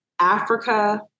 Africa